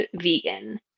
vegan